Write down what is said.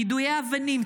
יידויי אבנים,